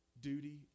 Duty